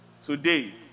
Today